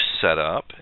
setup